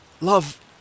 love